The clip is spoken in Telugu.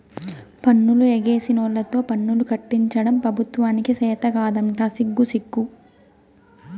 పన్నులు ఎగేసినోల్లతో పన్నులు కట్టించడం పెబుత్వానికి చేతకాదంట సిగ్గుసిగ్గు